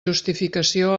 justificació